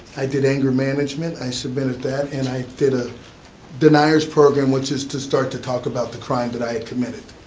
i did anger management, i submitted that. and i did a deniers program, which is to start to talk about the crime that i had committed.